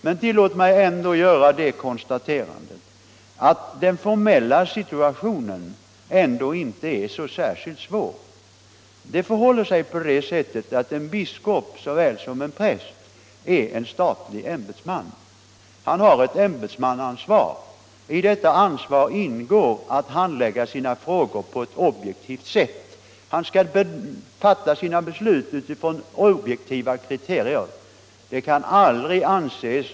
Men tillåt mig ändå göra konstaterandet, att den formella situationen inte är så särskilt svår. Det förhåller sig på det sättet att en biskop lika väl som en präst är en statlig ämbetsman. Han har ett ämbetsmannaansvar. I detta ansvar ingår att handlägga frågorna på ett objektivt sätt. Han skall fatta sina beslut utifrån objektiva kriterier.